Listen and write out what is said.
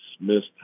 missed